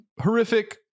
Horrific